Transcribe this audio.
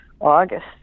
August